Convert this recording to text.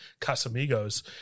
casamigos